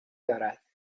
دارد